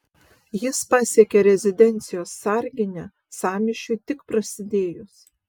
jis pasiekė rezidencijos sarginę sąmyšiui tik prasidėjus